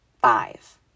five